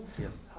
Yes